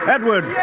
Edward